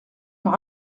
par